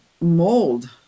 mold